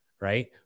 right